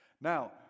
Now